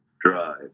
drive